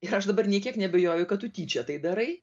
ir aš dabar nei kiek neabejoju kad tu tyčia tai darai